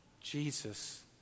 Jesus